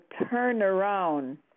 turnaround